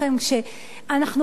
אבל אני רוצה לומר לכם שאנחנו רואים את